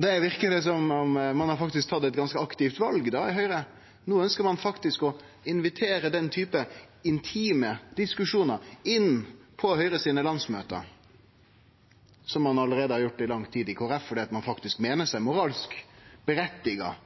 Der verkar det som om ein faktisk har tatt eit ganske aktivt val i Høgre. No ønskjer ein faktisk å invitere den typen intime diskusjonar inn på Høgre sine landsmøte, sånn som ein allereie har gjort i lang tid i Kristeleg Folkeparti, fordi ein meiner